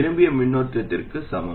விரும்பிய மின்னோட்டத்திற்கு சமம்